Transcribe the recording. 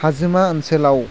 हाजोमा ओनसोलाव